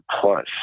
plus